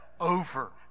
over